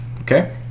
okay